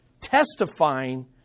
testifying